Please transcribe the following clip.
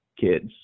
kids